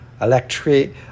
Electric